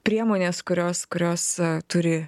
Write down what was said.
priemones kurios kurios turi